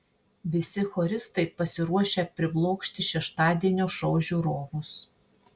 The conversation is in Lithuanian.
visi choristai pasiruošę priblokšti šeštadienio šou žiūrovus